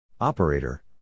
Operator